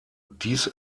dies